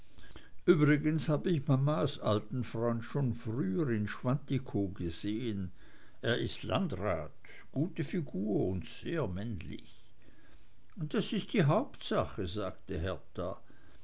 übrigens habe ich mamas alten freund schon drüben in schwantikow gesehen er ist landrat gute figur und sehr männlich das ist die hauptsache sagte hertha